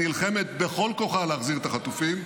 שנלחמת בכל כוחה להחזיר את החטופים,